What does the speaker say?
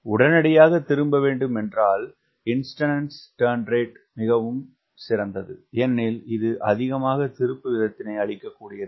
உடனடியாக திரும்ப வேண்டும் என்றால் இன்ஸ்டன்டானியஸ் திருப்பம் சிறந்தது ஏனெனில் இது அதிகமாக திருப்பு வீதத்தினை அளிக்கக்கூடியது